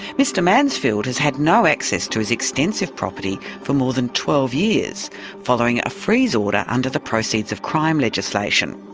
mr mansfield has had no access to his extensive property for more than twelve years following a freeze order under the proceeds of crime legislation.